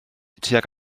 tuag